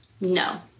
No